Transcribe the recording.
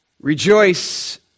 rejoice